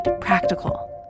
practical